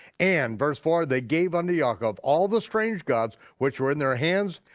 and, verse four, they gave unto yaakov all the strange gods which were in their hands.